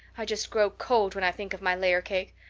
i just grow cold when i think of my layer cake.